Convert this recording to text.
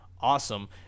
awesome